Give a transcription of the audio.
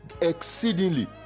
exceedingly